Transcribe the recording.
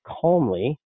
calmly